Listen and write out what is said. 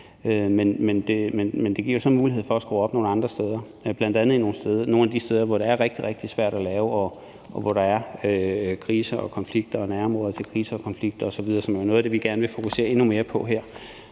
Men det giver så nogle muligheder for at skrue op andre steder, bl.a. nogle af de steder, hvor det er rigtig, rigtig svært at lave, og hvor der er kriser og konflikter og nærområder til kriser og konflikter osv., som er noget af det, vi gerne vil fokusere endnu mere på her.